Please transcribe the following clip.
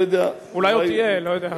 אולי עוד תהיה, לא יודע.